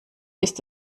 ist